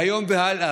מהיום והלאה,